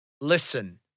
Listen